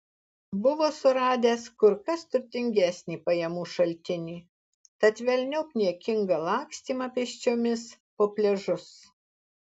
buvo suradęs kur kas turtingesnį pajamų šaltinį tad velniop niekingą lakstymą pėsčiomis po pliažus